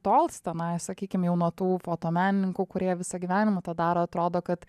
tolsta na sakykim jau nuo tų fotomenininkų kurie visą gyvenimą tą daro atrodo kad